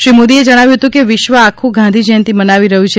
શ્રી મોદીએ જણાવ્યું હતું કે વિશ્વ આખું ગાંધી જ્યંતિ મનાવી રહ્યું છે